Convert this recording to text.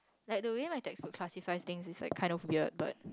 like do we like to classified thing is like kind of weird but